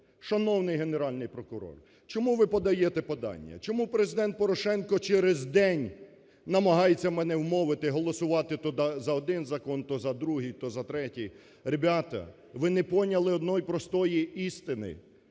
Шановний Генеральний прокурор, чому ви подаєте подання, чому Президент Порошенко через день намагається мене вмовити голосувати то за один закон, то за другий, то за третій? Ребята, ви не поняли однієї простої істини: